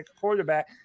quarterback